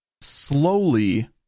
slowly